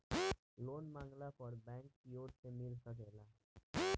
loan मांगला पर bank कियोर से मिल सकेला